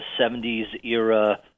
70s-era